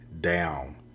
down